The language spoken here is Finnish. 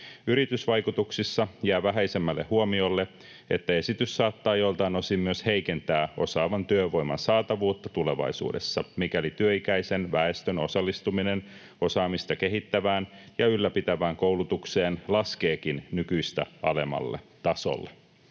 ”Yritysvaikutuksissa jää vähäisemmälle huomiolle, että esitys saattaa joiltain osin myös heikentää osaavan työvoiman saatavuutta tulevaisuudessa, mikäli työ-ikäisen väestön osallistuminen osaamista kehittävään ja ylläpitävään koulutukseen laskeekin nykyistä alemmalle tasolle.”